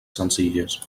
senzilles